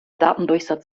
datendurchsatz